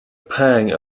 pang